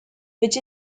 which